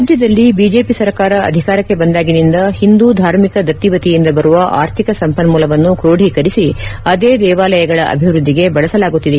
ರಾಜ್ಯದಲ್ಲಿ ಬಿಜೆಪಿ ಸರ್ಕಾರ ಅಧಿಕಾರಕ್ಕೆ ಬಂದಾಗಿನಿಂದ ಹಿಂದೂ ಧಾರ್ಮಿಕ ದತ್ತಿ ವತಿಯಿಂದ ಬರುವ ಆರ್ಥಿಕ ಸಂಪನ್ಮೂಲವನ್ನು ಕ್ರೋಡೀಕರಿಸಿ ಅದೇ ದೇವಾಲಯಗಳ ಅಭಿವ್ವದ್ದಿಗೆ ಬಳಸಲಾಗುತ್ತಿದೆ